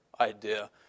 idea